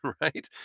right